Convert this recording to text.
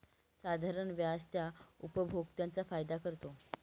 साधारण व्याज त्या उपभोक्त्यांचा फायदा करतो